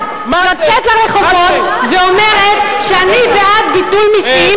את, יוצאת לרחובות ואומרת: אני בעד ביטול מסים.